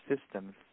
systems